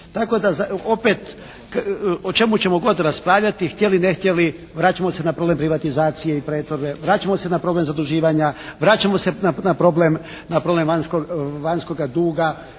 Tako da, opet o čemu ćemo god raspravljati htjeli ne htjeli vraćamo se na problem privatizacije i pretvorbe. Vraćamo se na problem zaduživanja. Vraćamo se na problem vanjskoga duga.